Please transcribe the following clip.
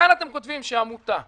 כאן אתם כותבים שעמותה ------ למה?